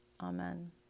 Amen